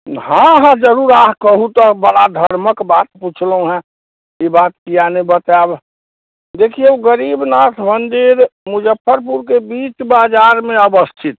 हाँ हाँ जरूर अहाँ कहुँ तऽ बड़ा धर्मक बात पुछलहुँ हँ ई बात किएक नहि बतायब देखियौ गरीबनाथ मन्दिर मुजफ्फरपुरके बीच बजारमे अवस्थित छै